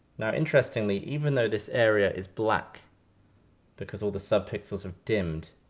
now, interestingly, even though this area is black because all the sub-pixels have dimmed,